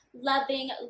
loving